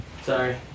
Sorry